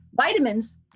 vitamins